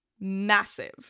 massive